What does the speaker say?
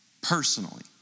personally